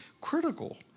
critical